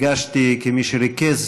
הגשתי, כמי שריכז